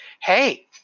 hey